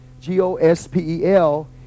G-O-S-P-E-L